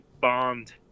bombed